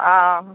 অঁ